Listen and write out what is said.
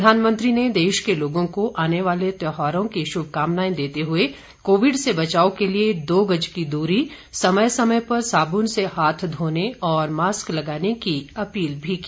प्रधानमंत्री ने देश के लोगों को आने वाले त्यौहारों की शुभकामनाएं देते हुए कोविड से बचाव के लिए दो गज की दूरी समय समय पर साबुन से हाथ धोने और मास्क लगाने की अपील भी की